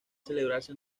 celebrarse